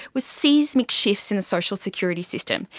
was seismic shifts in the social security system.